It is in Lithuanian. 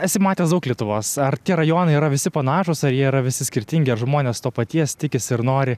esi matęs daug lietuvos ar tie rajonai yra visi panašūs ar jie visi skirtingi ar žmonės to paties tikisi ir nori